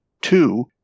Two